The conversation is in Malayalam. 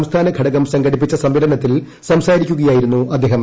സംസ്ഥാന ഘടകം സംഘടിപ്പിച്ച സമ്മേളനത്തിൽ സംസാരിക്കുകയായിരുന്നു അദ്ദേഹം